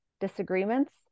disagreements